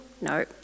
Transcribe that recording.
no